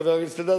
חבר הכנסת אלדד,